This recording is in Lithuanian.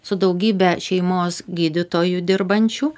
su daugybe šeimos gydytojų dirbančių